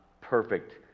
perfect